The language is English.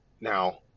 Now